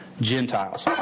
Gentiles